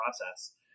process